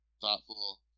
thoughtful